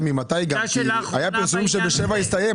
היה פרסום שבשבע זה יסתיים,